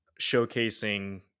showcasing